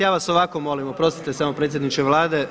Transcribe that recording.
Ja vas ovako molim, oprostite samo predsjedniče Vlade.